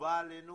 חובה עלינו